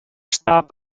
starb